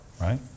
right